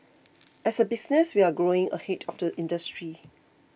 as a business we're growing ahead of the industry